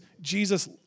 Jesus